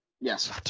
Yes